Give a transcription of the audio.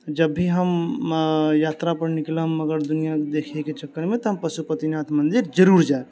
जब भी हम यात्रा पर निकलब अगर दुनिआ देखे के चक्कर मे तऽ हम पशुपतिनाथ मन्दिर जरुर जाएब